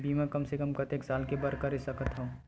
बीमा कम से कम कतेक साल के बर कर सकत हव?